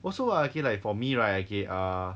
also ah okay like for me right okay err